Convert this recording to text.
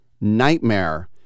nightmare